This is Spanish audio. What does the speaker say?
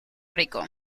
rico